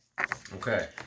Okay